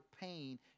pain